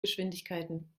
geschwindigkeiten